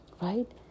Right